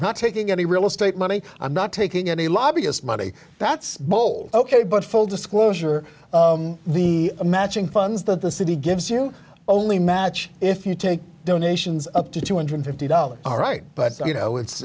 not taking any real estate money i'm not taking any lobbyist money that's bowl ok but full disclosure the a matching funds that the city gives you only match if you take donations up to two hundred fifty dollars all right but you know it's